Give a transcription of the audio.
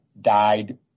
died